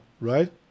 right